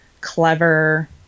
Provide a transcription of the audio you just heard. clever